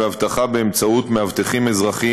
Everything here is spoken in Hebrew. ואבטחה באמצעות מאבטחים אזרחיים,